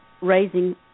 raising